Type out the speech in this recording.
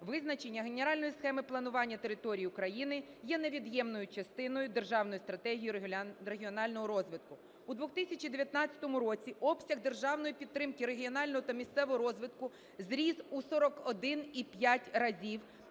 Визначення генеральної схеми планування території України є невід'ємною частиною Державної стратегії регіонального розвитку. У 2019 році обсяг державної підтримки регіонального та місцевого розвитку зріс у 41,5 рази